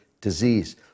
disease